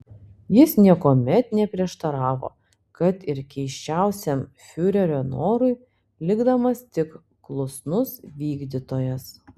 jis niekuomet neprieštaravo kad ir keisčiausiam fiurerio norui likdamas tik klusnus vykdytojas